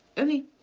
only